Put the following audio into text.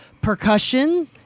percussion